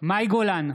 מאי גולן,